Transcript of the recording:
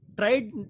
tried